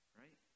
right